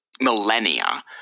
millennia